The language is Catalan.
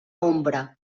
ombra